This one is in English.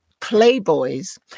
playboys